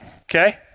okay